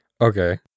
Okay